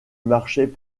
marchaient